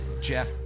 Jeff